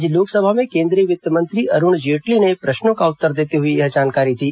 आज लोकसभा में केंद्रीय वित्त मंत्री अरूण जेटली ने प्रश्नों का उत्तर देते हुए यह जानकारी दी